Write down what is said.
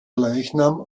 leichnam